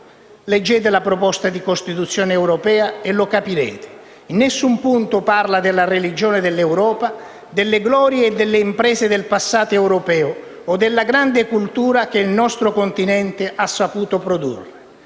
Leggete la proposta di Costituzione europea e lo capirete. In nessun punto parla della religione dell'Europa, delle glorie e delle imprese del passato europeo o della grande cultura che il nostro Continente ha saputo produrre.